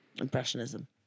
Impressionism